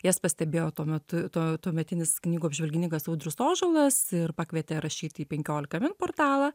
jas pastebėjo tuo metu to tuometinis knygų apžvalgininkas audrius ožalas ir pakvietė rašyti penkiolika vin portalą